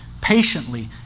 patiently